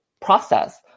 process